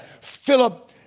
Philip